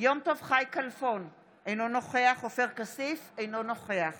יום טוב חי כלפון, אינו נוכח עופר כסיף, אינו נוכח